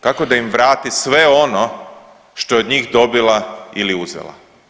Kako da im vrati sve ono što je od njih dobila ili uzela.